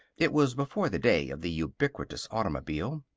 it was before the day of the ubiquitous automobile.